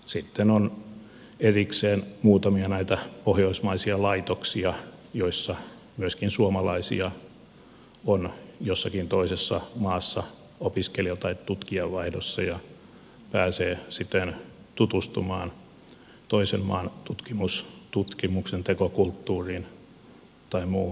sitten on erikseen muutamia näitä pohjoismaisia laitoksia joissa myöskin suomalaisia on jossakin toisessa maassa opiskelija tai tutkijavaihdossa ja pääsee siten tutustumaan toisen maan tutkimuksentekokulttuuriin tai muuhun